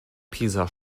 pisa